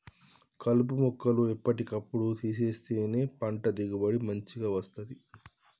కలుపు మొక్కలు ఎప్పటి కప్పుడు తీసేస్తేనే పంట దిగుబడి మంచిగ వస్తది